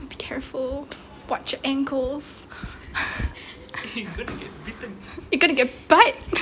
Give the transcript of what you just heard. be careful watch your ankles you going to get bite